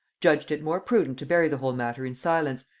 judged it more prudent to bury the whole matter in silence,